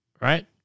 right